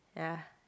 ya